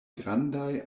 grandaj